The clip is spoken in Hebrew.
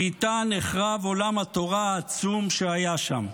ואיתה נחרב עולם התורה העצום שהיה שם.